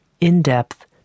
in-depth